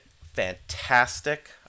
Fantastic